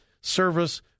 service